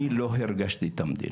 אני לא הרגשתי את המדינה.